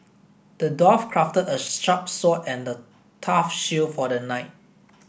the dwarf crafted a sharp sword and a tough shield for the knight